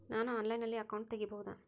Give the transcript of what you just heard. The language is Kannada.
ನಾನು ಆನ್ಲೈನಲ್ಲಿ ಅಕೌಂಟ್ ತೆಗಿಬಹುದಾ?